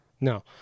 No